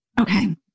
Okay